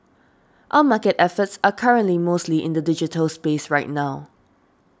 our market efforts are currently mostly in the digital space right now